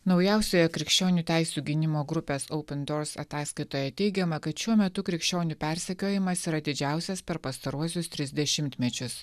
naujausioje krikščionių teisių gynimo grupės oupen dors ataskaitoje teigiama kad šiuo metu krikščionių persekiojimas yra didžiausias per pastaruosius tris dešimtmečius